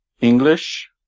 English